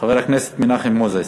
חבר הכנסת מנחם מוזס.